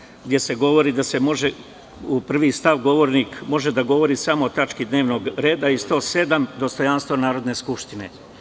Poslovnika, gde se govori u prvom stavu, govornik može da govori samo o tački dnevnog reda i 107. dostojanstva Narodne skupštine.